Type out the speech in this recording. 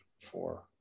four